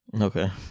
Okay